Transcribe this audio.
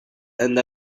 and